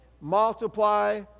multiply